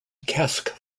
cask